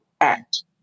Act